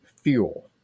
fuel